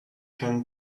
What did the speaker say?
can